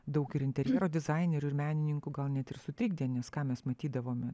daug ir interjero dizainerių ir menininkų gal net ir sutrikdė nes ką mes matydavome